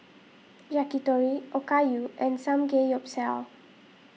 Yakitori Okayu and Samgeyopsal